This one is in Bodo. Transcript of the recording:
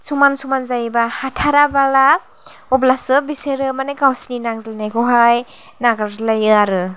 समान समान जायोबा हाथाराब्ला अब्लासो बिसोरो मानि गावसोरनि नांज्लायनायखौहाय नागारज्लायो आरो